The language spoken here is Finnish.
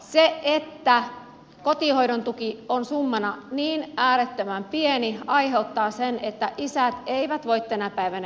se että kotihoidon tuki on summana niin äärettömän pieni aiheuttaa sen että isät eivät voi tänä päivänä jäädä kotiin